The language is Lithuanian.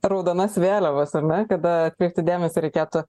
raudonas vėliavas ar ne kada atkreipti dėmesį reikėtų